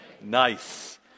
nice